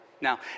Now